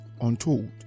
untold